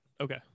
Okay